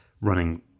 running